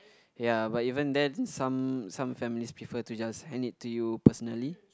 ya but even then some some families prefer to just hand it to you personally